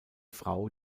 frau